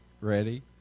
ready